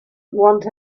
want